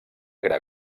gra